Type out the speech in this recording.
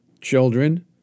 children